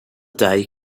day